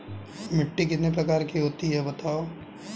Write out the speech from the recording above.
मिट्टी कितने प्रकार की होती हैं बताओ?